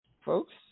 folks